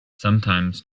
sometimes